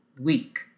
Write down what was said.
week